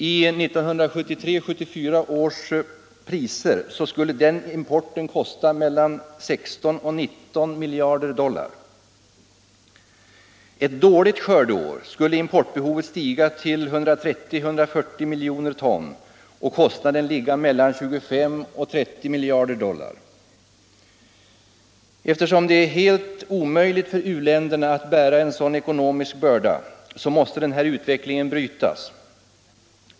I 1973/74 års priser skulle den importen kosta mellan 16 och 19 miljarder dollar. Ett dåligt skördeår skulle importbehovet stiga till 130-140 miljoner ton och kostnaden ligga mellan 25 och 30 miljarder dollar. Eftersom en sådan ekonomisk börda omöjligen kan bäras av u-länderna måste denna utveckling brytas.